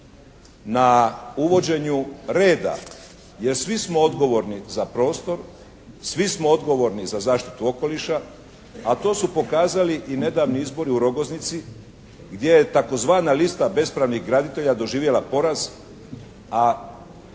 na uvođenju reda jer svi smo odgovorni za prostor, svi smo odgovorni za zaštitu okoliša, a to su pokazali i nedavni izbori u Rogoznici gdje je tzv. lista bespravnih graditelja doživjela poraz, a